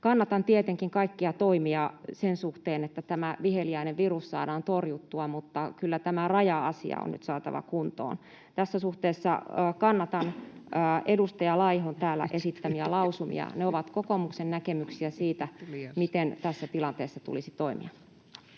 Kannatan tietenkin kaikkia toimia sen suhteen, että tämä viheliäinen virus saadaan torjuttua, mutta kyllä tämä raja-asia on nyt saatava kuntoon. Tässä suhteessa kannatan edustaja Laihon täällä esittämiä lausumia. Ne ovat kokoomuksen näkemyksiä siitä, miten tässä tilanteessa tulisi toimia.